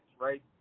right